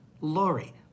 Laurie